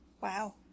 Wow